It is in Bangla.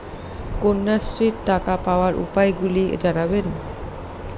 কন্যাশ্রীর টাকা পাওয়ার উপায়গুলি জানাবেন?